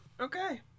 Okay